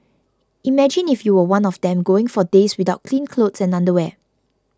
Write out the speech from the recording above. imagine if you were one of them going for days without clean clothes and underwear